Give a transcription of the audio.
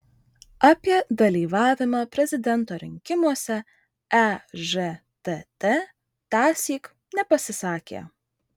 apie dalyvavimą prezidento rinkimuose ežtt tąsyk nepasisakė